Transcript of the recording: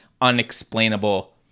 unexplainable